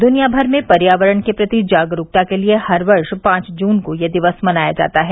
दुनियाभर में पर्यावरण के प्रति जागरूकता के लिए हर वर्ष पांच जून को यह दिवस मनाया जाता है